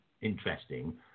interesting